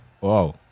Wow